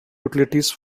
utilities